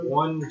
one